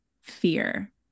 fear